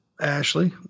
Ashley